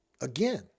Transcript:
again